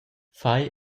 fai